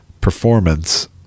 performance